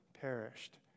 perished